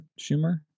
schumer